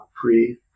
pre